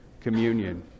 communion